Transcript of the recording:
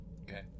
okay